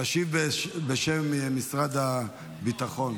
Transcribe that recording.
תשיב בשם משרד הביטחון.